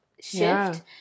shift